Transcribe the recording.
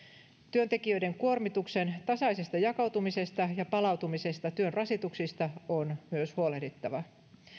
työntekijöiden kuormituksen tasaisesta jakautumisesta ja palautumisesta työn rasituksista on myös huolehdittava